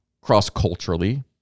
cross-culturally